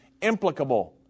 implicable